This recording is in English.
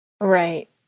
Right